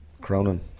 Cronin